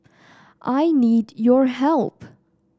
I need your help